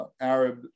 Arab